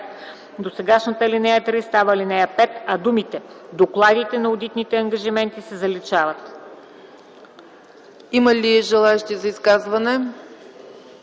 Досегашната ал. 3 става ал. 5, а думите „докладите на одитните ангажименти” се заличават.